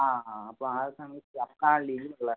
ആ ആ അപ്പോൾ ആ സമയത്ത് അപ്പോഴാണ് ലീവ് ഉള്ളത്